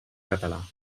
català